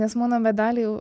nes mano medalių jau